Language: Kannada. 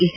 ಎಚ್